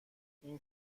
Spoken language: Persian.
این